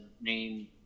name